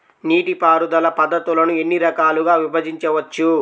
నీటిపారుదల పద్ధతులను ఎన్ని రకాలుగా విభజించవచ్చు?